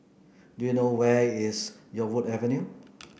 do you know where is Yarwood Avenue